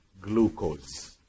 glucose